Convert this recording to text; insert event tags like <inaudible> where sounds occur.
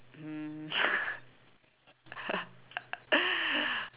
um <laughs>